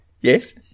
Yes